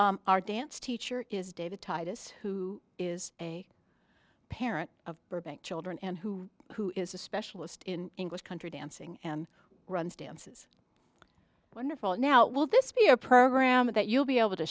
all our dance teacher is david titus who is a parent of burbank children and who who is a specialist in english country dancing and runs dances wonderful now will this be a program that you'll be able to